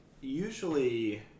usually